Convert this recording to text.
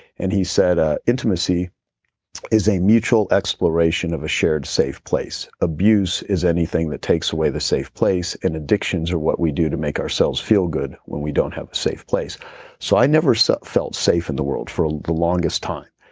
and he said ah intimacy is a mutual exploration of a shared safe place. abuse is anything that takes away the safe place, and addictions are what we do to make ourselves feel good when we don't have a safe place so, i never so felt safe in the world for the longest time.